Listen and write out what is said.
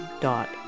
dot